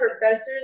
professors